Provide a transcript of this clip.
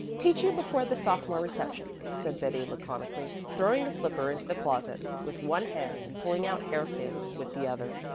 teach you before the sophomore reception, said betty laconically, throwing a slipper into the closet with one hand and pulling out hairpins with the other.